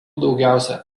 daugiausia